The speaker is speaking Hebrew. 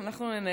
אני לא יכולה,